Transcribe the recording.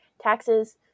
Taxes